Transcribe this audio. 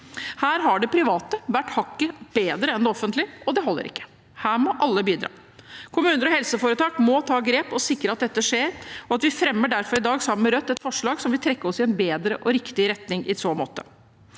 Her har det private vært hakket bedre enn det offentlige, og det holder ikke – her må alle bidra. Kommuner og helseforetak må ta grep og sikre at dette skjer, og derfor fremmer vi sammen med Rødt i dag et forslag som vil trekke oss i en bedre og riktig retning i så måte.